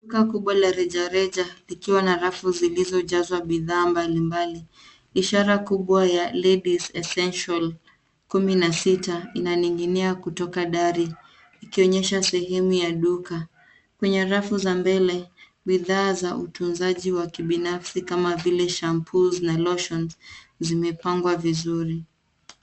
Duka kubwa la rejareja likiwa na rafu zilizojazwa bidhaa mbalimbali. Ishara kubwa ya Ladies essentials 16 inaning'inia kutoka dari ikionyesha sehemu ya duka. Kwenye rafu za mbele, bidhaa za utunzaji wa kibinafsi kama vile shampoos na lotions zimepangwa vizuri.